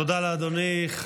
תודה לאדוני.